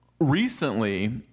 recently